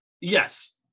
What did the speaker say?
yes